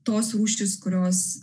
tos rūšys kurios